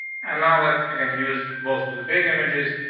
and now let's again use both of the big images.